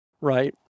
right